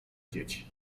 dzieci